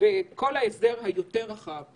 בכל ההסדר היותר רחב.